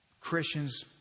Christians